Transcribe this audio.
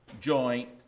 joint